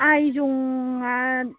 आइजंआ